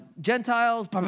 Gentiles